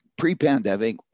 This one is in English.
Pre-pandemic